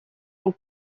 ont